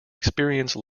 experience